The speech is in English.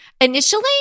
initially